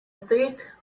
street